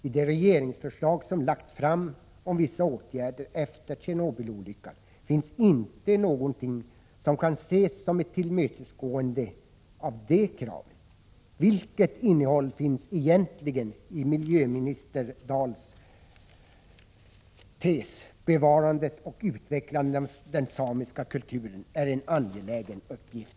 I det regeringsförslag som lagts fram om vissa åtgärder efter Tjernobylolyckan finns inte någonting som kan ses som ett tillmötesgående av de kraven. Vilket innehåll finns egentligen i miljöminister Dahls tes om att bevarandet och utvecklandet av den samiska kulturen är en angelägen uppgift?